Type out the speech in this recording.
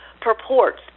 purports